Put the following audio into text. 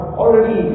already